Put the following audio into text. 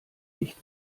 nicht